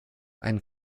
ein